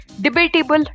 debatable